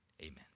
amen